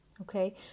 okay